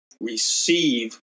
receive